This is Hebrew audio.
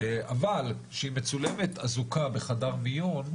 אבל שהיא מצולמת אזוקה בחדר מיון,